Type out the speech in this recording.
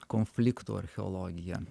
konfliktų archeologija